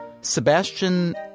Sebastian